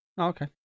okay